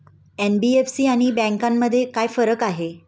NBFC आणि बँकांमध्ये काय फरक आहे?